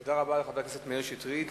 תודה רבה לחבר הכנסת מאיר שטרית.